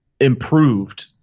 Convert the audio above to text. improved –